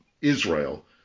Israel